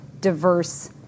diverse